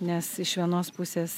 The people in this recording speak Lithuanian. nes iš vienos pusės